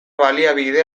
baliabide